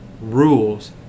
rules